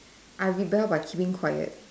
I rebel by keeping quiet